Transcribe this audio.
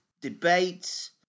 debates